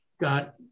Got